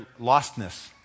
lostness